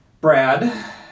Brad